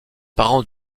parents